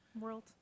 world